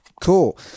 Cool